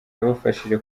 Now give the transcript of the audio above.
yabafashije